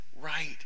right